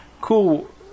cool